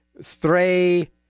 stray